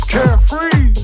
Carefree